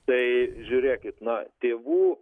tai žiūrėkit na tėvų